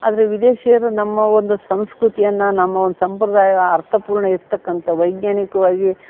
ಆದರೆ ವಿದೇಶಿಯರು ನಮ್ಮ ಒಂದು ಸಂಸ್ಕೃತಿಯನ್ನ ನಮ್ಮ ಒಂದು ಸಂಪ್ರದಾಯ ಅರ್ಥಪೂರ್ಣ ಇರ್ತಕ್ಕಂಥ ವೈಜ್ಞಾನಿಕವಾಗಿ